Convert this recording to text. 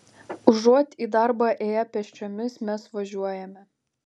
užuot į darbą ėję pėsčiomis mes važiuojame